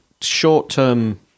short-term